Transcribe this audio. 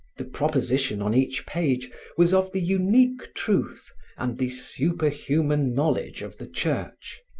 the proposition on each page was of the unique truth and the superhuman knowledge of the church,